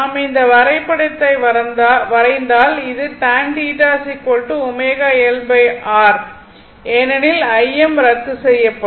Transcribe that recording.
நாம் இந்த வரைபடத்தை பார்த்தால் இதில்ஏனெனில் Im ரத்து செய்யப்பட்டுவிடும்